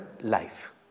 life